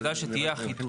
כדאי שתהיה אחידות.